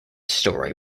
story